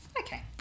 Okay